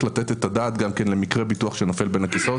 לתת את הדעת גם למקרה ביטוח שנופל בין הכיסאות.